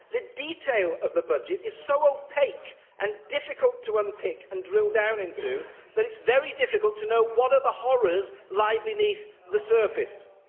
the detail of the budget is so opaque and difficult to unpick and drill down into that it's very difficult to know what other horrors lie beneath the surface.